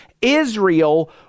Israel